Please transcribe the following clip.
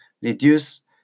reduce